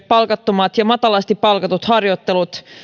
palkattomat ja matalasti palkatut harjoittelut